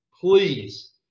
please